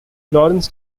lawrence